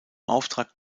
auftrag